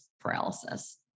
paralysis